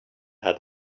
had